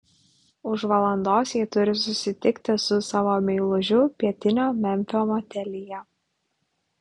už valandos ji turi susitikti su savo meilužiu pietinio memfio motelyje